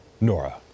Nora